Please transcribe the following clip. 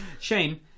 Shane